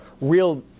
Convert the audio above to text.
real